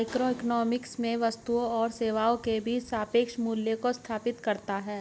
microeconomics में वस्तुओं और सेवाओं के बीच सापेक्ष मूल्यों को स्थापित करता है